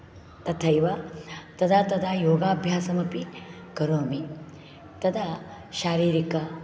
तथैव तदा तदा योगाभ्यासमपि करोमि तदा शारीरक